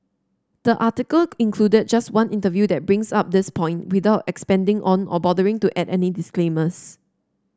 the article included just one interview that brings up this point without expanding on or bothering to add any disclaimers